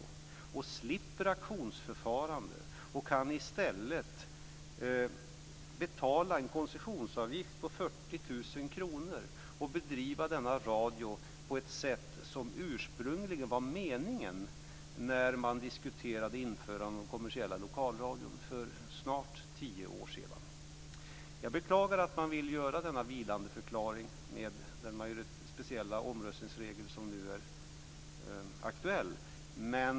Då skulle man slippa ett auktionsförfarande och kan i stället betala en koncessionsavgift om 40 000 kr och bedriva denna radioverksamhet på ett sätt som ursprungligen var menat när man diskuterade införandet av den kommersiella lokalradion för snart tio år sedan. Jag beklagar alltså att man vill göra denna vilandeförklaring med den speciella omröstningsregel som nu är aktuell.